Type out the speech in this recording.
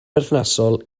berthnasol